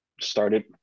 started